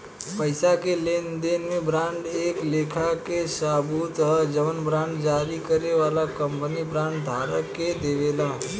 पईसा के लेनदेन में बांड एक लेखा के सबूत ह जवन बांड जारी करे वाला कंपनी बांड धारक के देवेला